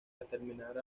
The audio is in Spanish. determinar